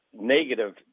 negative